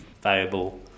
valuable